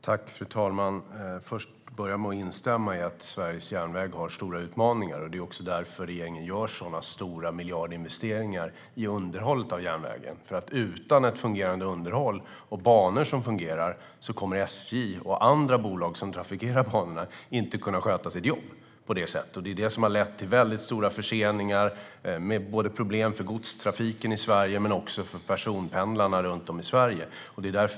Fru talman! Jag vill börja med att instämma i att Sveriges järnväg har många utmaningar. Det är också därför regeringen gör sådana stora miljardinvesteringar i underhållet av järnvägen. Utan ett fungerande underhåll och banor som fungerar kommer SJ och andra bolag som trafikerar banorna inte att kunna sköta sitt jobb. Det är det som har lett till stora förseningar med problem både för godstrafiken i Sverige och för persontrafiken.